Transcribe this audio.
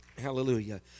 Hallelujah